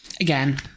Again